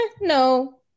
no